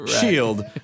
shield